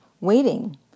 waiting